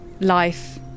life